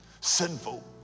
sinful